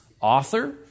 author